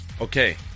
Okay